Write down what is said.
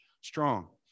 strong